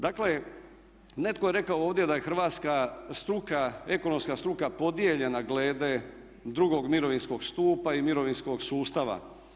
Dakle, netko je rekao ovdje da je hrvatska struka, ekonomska struka podijeljena glede drugog mirovinskog stupa i mirovinskog sustava.